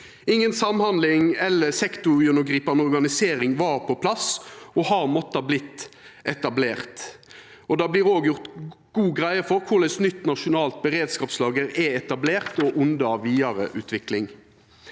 Inga samhandling eller sektorgjennomgripande organisering var på plass, og det måtte etablerast. Det vert òg gjort godt greie for korleis nytt nasjonalt beredskapslager er etablert og under vidare utvikling.